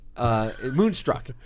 Moonstruck